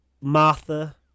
Martha